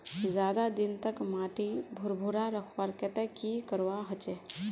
ज्यादा दिन तक माटी भुर्भुरा रखवार केते की करवा होचए?